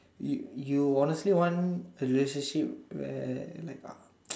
you you honestly want the relationship where like uh